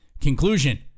Conclusion